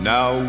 Now